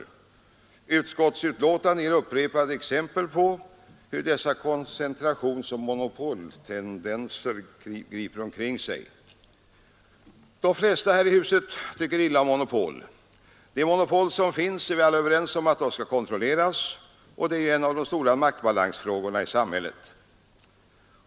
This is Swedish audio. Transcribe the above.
Utskottsbetänkandet ger upprepade exempel på hur vissa koncentrationsoch monopoliseringstendenser griper omkring sig. De flesta av oss i det här huset tycker illa om monopol, det är vi alla överens om. De monopol som finns måste därför kontrolleras. Det är en av de stora maktbalansfrågorna i samhället.